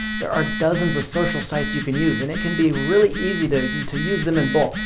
there are dozens of social sites you can use and it can be really easy to and to use them in bulk,